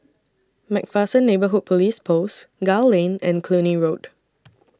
MacPherson Neighbourhood Police Post Gul Lane and Cluny Road